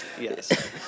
Yes